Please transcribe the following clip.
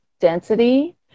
density